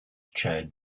chaired